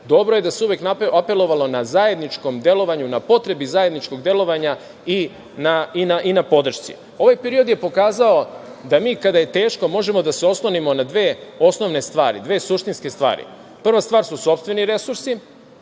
dobro je da se uvek apelovalo na zajedničkom delovanju, na potrebi zajedničkog delovanja i na podršci. Ovaj period je pokazao da mi kada je teško možemo da se oslonimo na dve osnovne stvari, dve suštinske stvari. Prva stvar su sopstveni resursi.